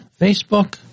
Facebook